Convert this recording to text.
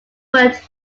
word